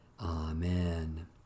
Amen